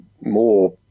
more